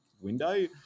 window